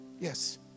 Yes